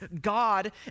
God